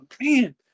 Man